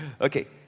Okay